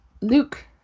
Luke